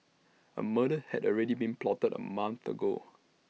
A murder had already been plotted A month ago